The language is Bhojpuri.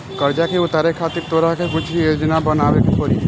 कर्जा के उतारे खातिर तोरा के कुछ योजना बनाबे के पड़ी